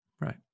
right